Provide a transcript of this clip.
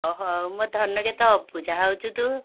ହେଉ ମୋ ଧନ କେତେ ଅଭୁଝା ହେଉଛୁ ତୁ